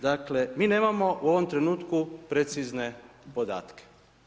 Dakle, mi nemamo u ovom trenutku precizne podatke.